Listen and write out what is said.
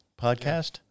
podcast